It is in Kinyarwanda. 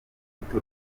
urubuto